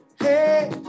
hey